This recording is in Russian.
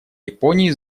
японии